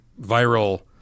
viral